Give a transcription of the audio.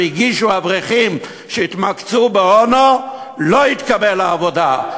והגישו אברכים שהתמקצעו ב"אונו" לא התקבל לעבודה.